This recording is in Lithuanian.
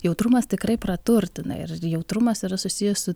jautrumas tikrai praturtina ir jautrumas yra susijęs su